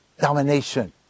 Domination